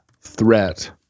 threat